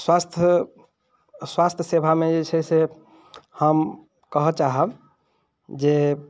स्वास्थ स्वास्थ सेवामे जे छै से हम कहऽ चाहब जे